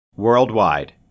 Worldwide